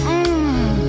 Mmm